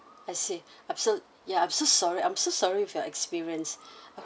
I see I'm so yeah I'm so sorry I'm so sorry with your experience